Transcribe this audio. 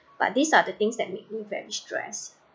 but these are the things that make me very stressed